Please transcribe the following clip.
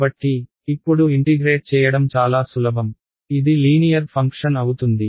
కాబట్టి ఇప్పుడు ఇంటిగ్రేట్ చేయడం చాలా సులభం ఇది లీనియర్ ఫంక్షన్ అవుతుంది